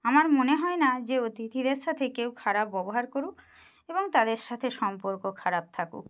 আমার মনে হয় না যে অতিথিদের সাথে কেউ খারাপ ব্যবহার করুক এবং তাদের সাথে সম্পর্ক খারাপ থাকুক